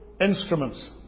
instruments